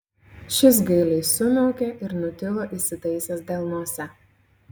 šis gailiai sumiaukė ir nutilo įsitaisęs delnuose